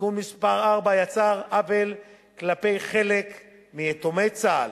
תיקון מס' 4 יצר עוול כלפי חלק מיתומי צה"ל.